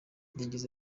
yagize